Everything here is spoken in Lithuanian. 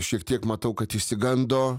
šiek tiek matau kad išsigando